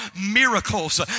miracles